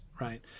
right